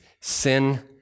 sin